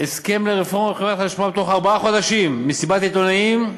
הסכם לרפורמה בחברת החשמל בתוך ארבעה חודשים מסיבת עיתונאים,